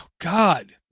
God